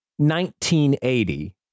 1980